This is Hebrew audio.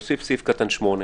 להוסיף סעיף קטן (8),